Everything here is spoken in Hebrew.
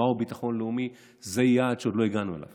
של מהו ביטחון לאומי, זה יעד שעוד לא הגענו אליו